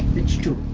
it's to